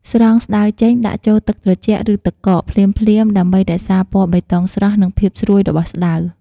ស្រង់ស្តៅចេញ ដាក់ចូល ទឹកត្រជាក់ ឬទឹកកក ភ្លាមៗ ដើម្បីរក្សាពណ៌បៃតងស្រស់ និងភាពស្រួយរបស់ស្តៅ។